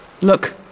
Look